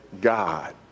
God